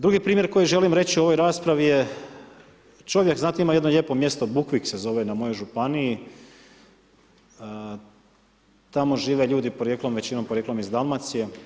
Drugi primjer koji želim reći u ovoj raspravi je, čovjek znate ima jedno lijepo mjesto Bukvik se zove na mojoj županiji, tamo žive ljudi većinom porijeklom iz Dalmacije.